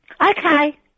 Okay